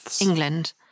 England